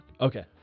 Okay